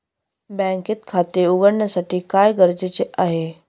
बँकेत खाते उघडण्यासाठी काय गरजेचे आहे?